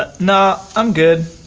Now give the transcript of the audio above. but no, i'm good.